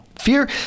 Fear